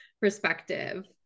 perspective